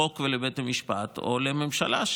לחוק ולבית המשפט או לממשלה,